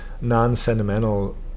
non-sentimental